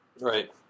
Right